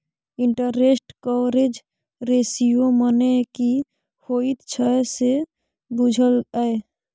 Interest coverage ratio मने की होइत छै से बुझल यै?